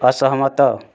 ଅସହମତ